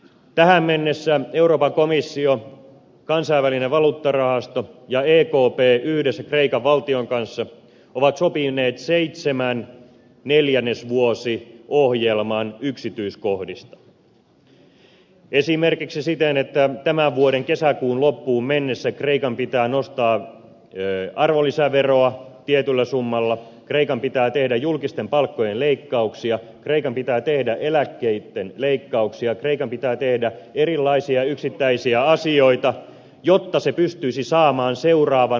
tähän mennessä euroopan komissio kansainvälinen valuuttarahasto ja ekp yhdessä kreikan valtion kanssa ovat sopineet seitsemän neljännesvuosiohjelman yksityiskohdista esimerkiksi siten että tämän vuoden kesäkuun loppuun mennessä kreikan pitää nostaa arvonlisäveroa tietyllä summalla kreikan pitää tehdä julkisten palkkojen leikkauksia kreikan pitää tehdä eläkkeitten leikkauksia kreikan pitää tehdä erilaisia yksittäisiä asioita jotta se pystyisi saamaan seuraavan lainasiivun